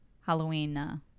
Halloween